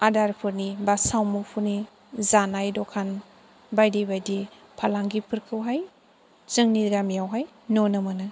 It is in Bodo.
आदारफोरनि बा सावमुफोरनि जानाय दखान बाइदि बाइदि फालांगिफोरखौहाय जोंनि गामियावहाय नुनो मोनो